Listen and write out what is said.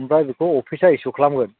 आमफ्राय बेखौ अफिसा इसु खालामगोन